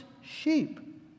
sheep